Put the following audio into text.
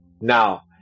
Now